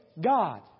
God